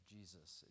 Jesus